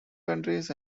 countries